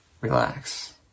relax